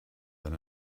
than